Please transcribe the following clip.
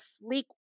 sleek